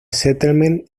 settlement